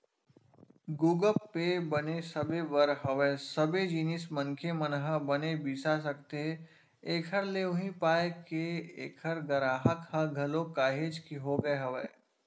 गुगप पे बने सबे बर हवय सबे जिनिस मनखे मन ह बने बिसा सकथे एखर ले उहीं पाय के ऐखर गराहक ह घलोक काहेच के होगे हवय